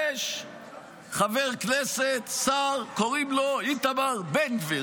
יש חבר כנסת, שר, קוראים לו איתמר בן גביר.